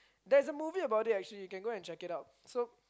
there's a movie about it actually you can go and check it out so